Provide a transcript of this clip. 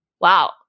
Wow